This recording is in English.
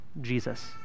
Jesus